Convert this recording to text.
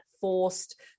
forced